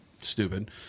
Stupid